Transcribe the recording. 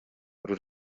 uru